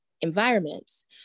environments